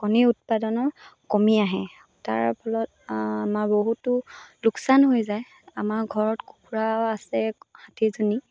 কণী উৎপাদনৰ কমি আহে তাৰ ফলত আমাৰ বহুতো লোকচান হৈ যায় আমাৰ ঘৰত কুকুৰা আছে ষাঠিজনী